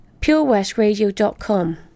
purewestradio.com